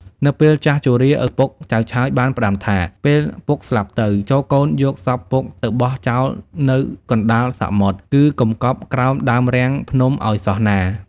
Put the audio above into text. នៅពេលចាស់ជរា ឪពុកចៅឆើយបានផ្តាំថា ពេលពុកស្លាប់ទៅ ចូរកូនយកសពពុកទៅបោះចោលនៅកណ្ដាលសមុទ្រ គឺកុំកប់ក្រោមដើមរាំងភ្នំឲ្យសោះណា។